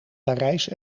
parijs